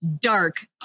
dark